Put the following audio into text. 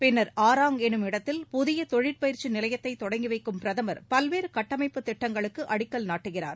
பின்னர் ஆராங் என்னுமிடத்தில் புதிய தொழிற்பயிற்சி நிலையத்தை தொடங்கி வைக்கும் பிரதமர் பல்வேறு கட்டமைப்புத் திட்டங்களுக்கு அடிக்கல் நாட்டுகிறார்